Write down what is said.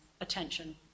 attention